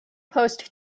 post